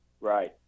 right